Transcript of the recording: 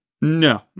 No